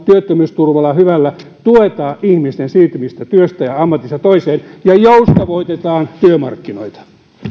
työttömyysturvalla tuetaan ihmisten siirtymistä työstä ja ja ammatista toiseen ja joustavoitetaan työmarkkinoita